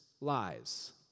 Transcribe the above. lies